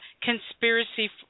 conspiracy